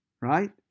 Right